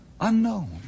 unknown